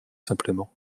simplement